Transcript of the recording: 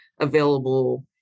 available